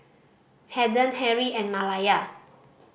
Haden Harrie and Malaya